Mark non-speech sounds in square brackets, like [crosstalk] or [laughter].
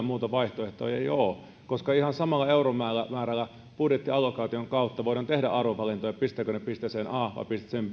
[unintelligible] muuta vaihtoehtoa ei ole koska ihan samalla euromäärällä budjettiallokaation kautta voidaan tehdä arvovalintoja siinä pistetäänkö ne pisteeseen a